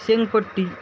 शेंगपट्टी